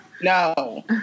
no